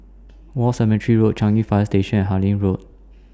War Cemetery Road Changi Fire Station and Harlyn Road